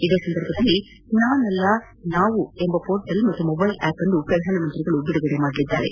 ಇದೇ ಸಂದರ್ಭದಲ್ಲಿ ನಾನಲ್ಲ ನಾವು ಎಂಬ ಪೋರ್ಟಲ್ ಮತ್ತು ಮೊಬ್ಲೆಲ್ ಆಪ್ನ್ನು ಪ್ರಧಾನಮಂತ್ರಿ ಬಿಡುಗಡೆ ಮಾಡಲಿದ್ದಾರೆ